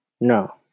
No